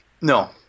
No